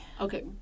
Okay